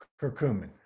curcumin